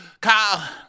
Kyle